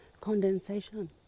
Condensation